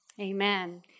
Amen